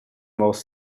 most